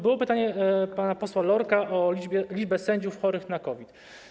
Było pytanie pana posła Lorka o liczbę sędziów chorych na COVID.